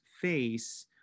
face